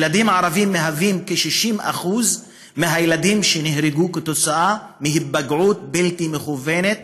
ילדים ערבים מהווים כ-60% מהילדים שנהרגו כתוצאה מהיפגעות בלתי מכוונת